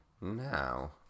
now